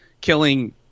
killing